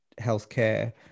healthcare